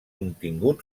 contingut